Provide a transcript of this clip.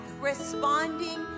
responding